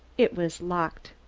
it was locked.